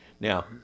Now